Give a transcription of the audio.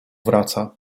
wraca